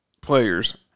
players